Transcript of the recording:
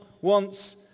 wants